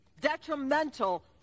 detrimental